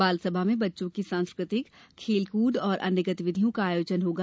बालसभा में बच्चों की सांस्कृतिक खेल कृद एवं अन्य गतिविधियों का आयोजन होगा